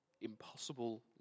impossible